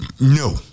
no